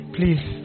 Please